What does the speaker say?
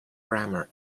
grammar